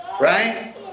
right